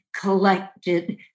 collected